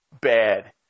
bad